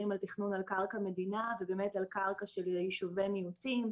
על תכנון על קרקע מדינה ועל קרקע של יישובי מיעוטים,